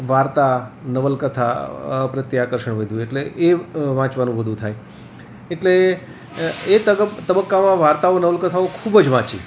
વાર્તા નવલકથા પ્રત્યે આકર્ષણ વધ્યું એટલે એ વાંચવાનું વધુ થાય એટલે એ તબક્કાઓમાં વાર્તાઓ નવલકથાઓ ખૂબ જ વાંચી